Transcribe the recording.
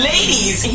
Ladies